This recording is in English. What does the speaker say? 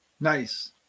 nice